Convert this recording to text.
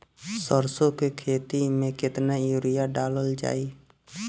सरसों के खेती में केतना यूरिया डालल जाई?